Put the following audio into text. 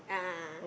a'ah a'ah